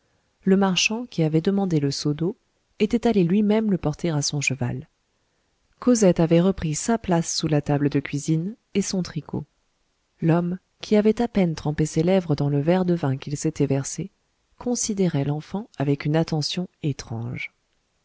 le marchand qui avait demandé le seau d'eau était allé lui-même le porter à son cheval cosette avait repris sa place sous la table de cuisine et son tricot l'homme qui avait à peine trempé ses lèvres dans le verre de vin qu'il s'était versé considérait l'enfant avec une attention étrange